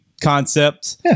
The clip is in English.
concept